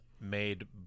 made